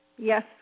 Yes